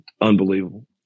Unbelievable